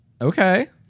Okay